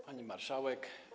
Pani Marszałek!